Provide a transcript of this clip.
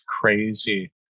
crazy